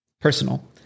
personal